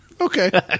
Okay